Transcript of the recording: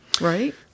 right